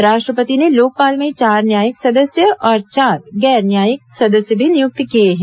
राष्ट्रपति ने लोकपाल में चार न्यायिक सदस्य और चार गैर न्यायिक सदस्य भी नियुक्त किए हैं